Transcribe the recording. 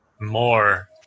more